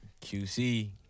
QC